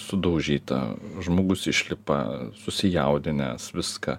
sudaužyta žmogus išlipa susijaudinęs viską